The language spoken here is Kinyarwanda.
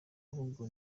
ahubwo